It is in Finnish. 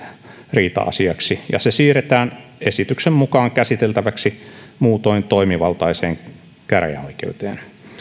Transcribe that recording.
riita asiaksi ja se siirretään esityksen mukaan käsiteltäväksi muutoin toimivaltaiseen käräjäoikeuteen